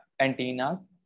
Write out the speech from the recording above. antennas